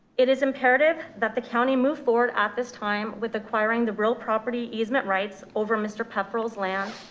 it is imperative that the county move forward at this time with acquiring the rural property easement rights over mr. pefferle's land.